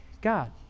God